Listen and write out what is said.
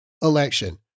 Election